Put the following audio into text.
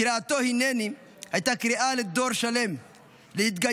קריאתו "הינני" הייתה קריאה לדור שלם להתגייס,